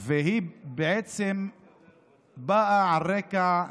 היא בעצם באה על רקע,